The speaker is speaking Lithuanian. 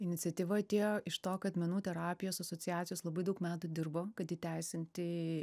iniciatyva atėjo iš to kad menų terapijos asociacijos labai daug metų dirbo kad įteisinti